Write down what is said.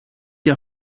και